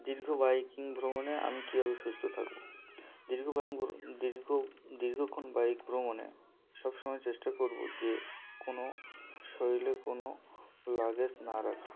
দীর্ঘ বাইকিং ভ্রমণে আমি কীভাবে সুস্থ থাকব দীর্ঘ বাই ভ্র দীর্ঘ দীর্ঘক্ষণ বাইক ভ্রমণে সবসময় চেষ্টা করব যে কোনো শরীরে কোনো লাগেজ না রাখা